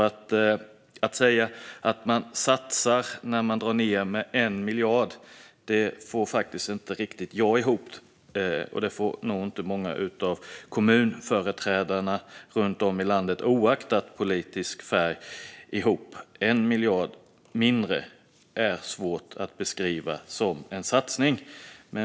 Att det skulle vara att satsa att dra ned med 1 miljard får jag faktiskt inte riktigt ihop, och det får nog inte många av kommunföreträdarna runt om i landet - oavsett politisk färg - heller. 1 miljard mindre är svårt att beskriva som en satsning.